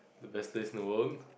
the best place in the world